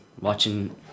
watching